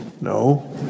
No